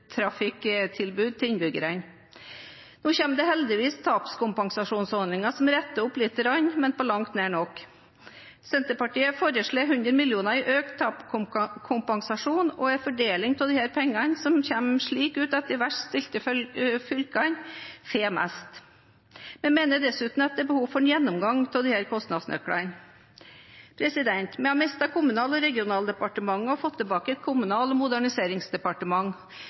kollektivtrafikktilbud til innbyggerne. Nå kommer det heldigvis tapskompensasjonsordninger som retter opp lite grann, men på langt nær nok. Senterpartiet foreslår 100 mill. kr i økt tapskompensasjon og en fordeling av disse pengene som kommer slik ut at de verst stilte fylkene får mest. Jeg mener dessuten at det er behov for en gjennomgang av disse kostnadsnøklene. Vi har mistet Kommunal- og regionaldepartementet og fått tilbake et kommunal- og moderniseringsdepartement.